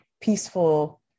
peaceful